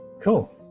Cool